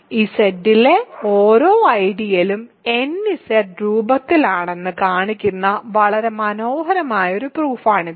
Z ലെ ഓരോ ഐഡിയലും nZ രൂപത്തിലാണെന്ന് കാണിക്കുന്ന വളരെ മനോഹരമായ ഒരു പ്രൂഫാണിത്